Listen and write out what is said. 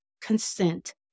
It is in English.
consent